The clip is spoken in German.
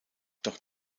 doch